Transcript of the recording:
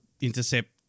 intercept